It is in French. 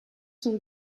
sont